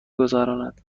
گذراند